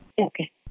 Okay